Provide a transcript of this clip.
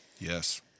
Yes